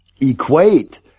equate